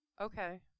Okay